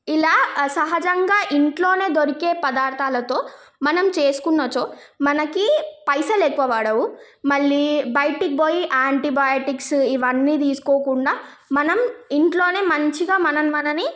ఇలా సహజంగా ఇంట్లో దొరికే పదార్థాలతో మనం చేసుకున్నచో మనకి పైసలు ఎక్కువ పడవు మళ్ళీ బయటికి పోయి యాంటీబయోటిక్స్ ఇవన్నీ తీసుకోకుండా మనం ఇంట్లో మంచిగా మనల్ని మనని